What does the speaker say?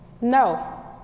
No